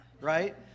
right